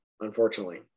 unfortunately